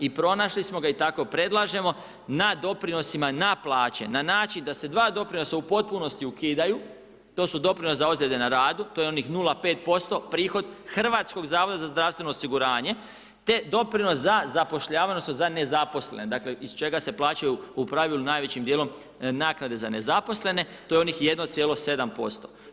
I pronašli smo ga i tako predlažemo, na doprinosima na plaće, na način da se dva doprinosa u potpunosti ukidaju, to su doprinosi za ozljede na radu, to je onih 0,5% prihod Hrvatskog zavoda za zdravstveno osiguranje, te doprinos za zapošljavanje, odnosno za ne zaposlene, dakle iz čega se plaćaju u pravilu najvećim dijelom naknade za nezaposlene, to je onih 1,7%